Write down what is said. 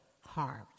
harmed